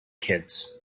kids